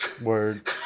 word